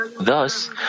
Thus